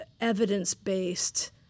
evidence-based